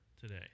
today